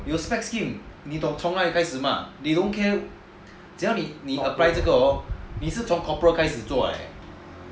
有 specs team 你懂从哪里开始吗 they don't care 只要你 apply 这个 hor 你是从 corporal 开始做 leh